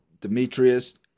Demetrius